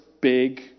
big